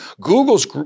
Google's